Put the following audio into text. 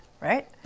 right